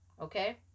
Okay